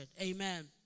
Amen